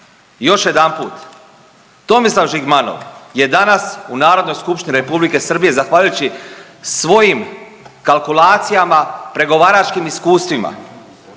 Još jedanput. Tomislav Žigmanov je danas u Narodnoj skupštini R. Srbije zahvaljujući svojim kalkulacijama, pregovaračkim iskustvima,